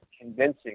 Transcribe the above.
convincing